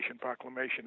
Proclamation